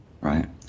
right